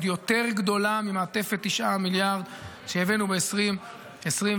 עוד יותר גדולה ממעטפת 9 המיליארד שהבאנו ב-2024.